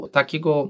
takiego